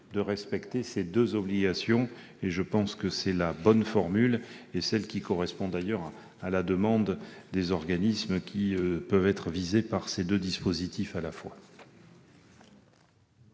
de respecter ces deux obligations. Je pense que c'est la bonne formule- elle correspond d'ailleurs à la demande des organismes qui sont visés par ces deux dispositifs.